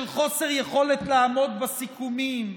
של חוסר יכולת לעמוד בסיכומים,